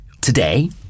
Today